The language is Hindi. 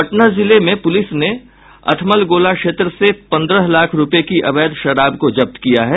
पटना जिले में पुलिस ने अथमलगोला क्षेत्र से पंद्रह लाख रूपये की अवैध शराब को जब्त किया है